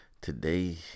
today